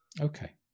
okay